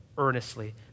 earnestly